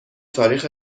تاریخ